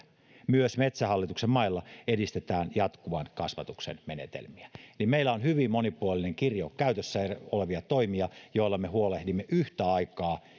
myös metsähallituksen mailla edistetään jatkuvan kasvatuksen menetelmiä meillä on hyvin monipuolinen kirjo käytössä olevia toimia joilla me huolehdimme yhtä aikaa